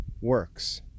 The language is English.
works